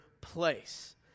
place